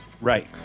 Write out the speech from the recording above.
Right